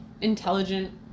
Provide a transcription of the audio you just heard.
intelligent